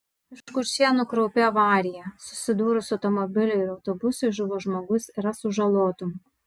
už kuršėnų kraupi avarija susidūrus automobiliui ir autobusui žuvo žmogus yra sužalotų